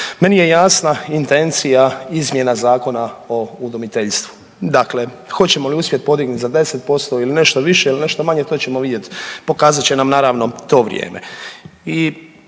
meni je jasna intencija izmjena Zakona o udomiteljstvu. Dakle, hoćemo li uspjeti podignuti za 10% ili nešto više ili nešto manje to ćemo vidjeti, pokazat će nam naravno to vrijeme